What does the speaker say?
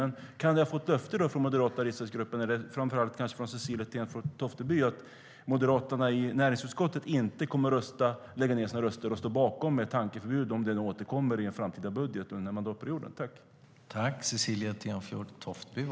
Kan jag få ett löfte av den moderata riksdagsgruppen, eller kanske framför allt av Cecilie Tenfjord-Toftby, att Moderaterna i näringsutskottet inte kommer att rösta för, eller lägga ned sina röster, och stå bakom ett tankeförbud om den frågan återkommer i en framtida budget under mandatperioden?